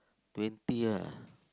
twenty ah